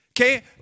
okay